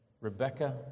Rebecca